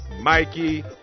Mikey